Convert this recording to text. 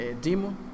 demo